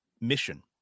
mission